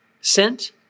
sent